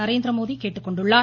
நரேந்திரமோடி கேட்டுக்கொண்டுள்ளார்